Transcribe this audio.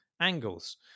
angles